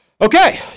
Okay